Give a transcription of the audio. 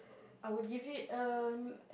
I would give it um